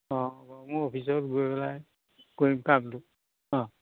অঁ গড়মুড় অফিচত গৈ পেলাই কৰিম কামটো অঁ